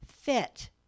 fit